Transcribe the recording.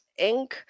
Inc